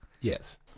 Yes